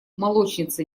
молочница